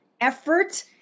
effort